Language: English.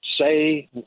say